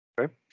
okay